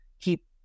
keep